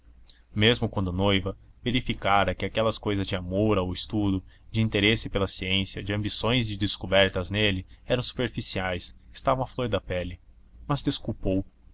mesmo quando noiva verificara que aquelas cousas de amor ao estudo de interesse pela ciência de ambições de descobertas nele eram superficiais estavam à flor da pele mas desculpou